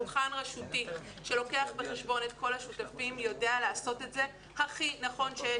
שולחן רשותי שלוקח בחשבון את כל השותפים יודע לעשות את זה הכי נכון שיש.